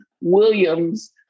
Williams